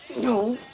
know